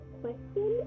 question